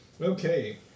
Okay